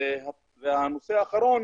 נושא אחרון